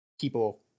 people